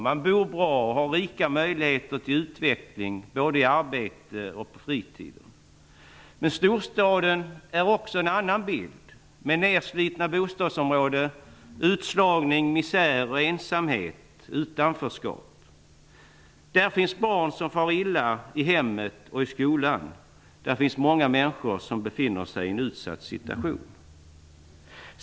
De bor bra och har rika möjligheter till utveckling både i arbetet och på fritiden. Men storstaden är också en annan bild, med nedslitna bostadsområden, utslagning, misär, ensamhet och utanförskap. Där finns barn som far illa i hemmet och i skolan. Där finns många människor som befinner sig i en utsatt situation.